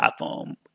iPhone